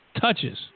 touches